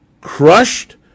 crushed